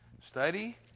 study